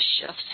shifts